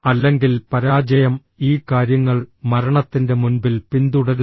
അല്ലെങ്കിൽ പരാജയം ഈ കാര്യങ്ങൾ മരണത്തിന്റെ മുൻപിൽ പിന്തുടരുന്നു